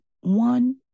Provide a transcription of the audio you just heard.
one